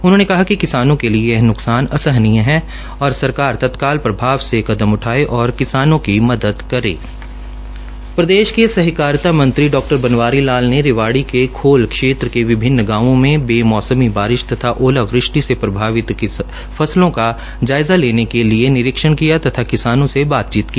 उन्होंने कहा कि किसानों के लिए यह नुकसान असहनीय है और सरकार तत्काल प्रभाव से प्रभावी कदम उठाए और किसानों की मदद करें प्रदेश के सहकारिता मंत्री बनवारी लाल ने रेवाड़ी के खोल क्षेत्र के विभिन्न गांवों में बेमौसमी बारिश तथा आलोवृष्ठि से प्रभावित फसलों का जायजा लेने के लिए निरीक्षण् किया तथा किसानों से बातचीत की